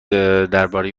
درباره